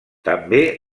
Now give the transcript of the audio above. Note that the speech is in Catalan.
també